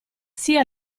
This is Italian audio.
sia